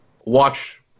watch